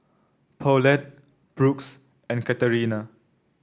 Paulette Brooks and Katarina